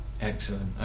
excellent